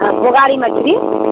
आओर बुआरी मछली